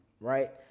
right